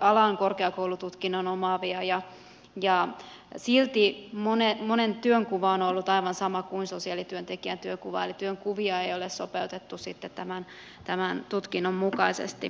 alan korkeakoulututkinnon omaavia ja silti monen työnkuva on ollut aivan sama kuin sosiaalityöntekijän työnkuva eli työnkuvia ei ole sopeutettu tämän tutkinnon mukaisesti